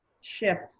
shift